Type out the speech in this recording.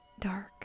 dark